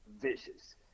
vicious